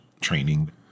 training